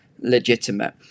legitimate